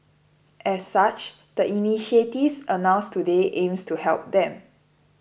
as such the initiatives announced today aims to help them